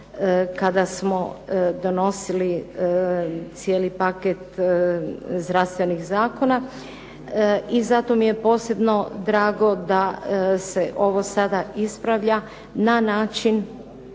kada smo donosili cijeli paket zdravstvenih zakona. I zato mi je posebno drago da se ovo sada ispravlja na način